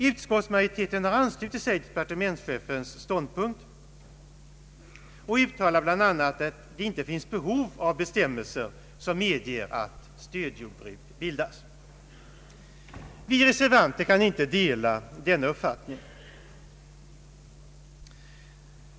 Utskottsmajoriteten har anslutit sig till departementschefens ståndpunkt och uttalar bl.a. att det inte finns behov av bestämmelser som medger att stödjordbruk bildas. Vi reservanter kan inte dela denna uppfattning.